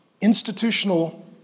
Institutional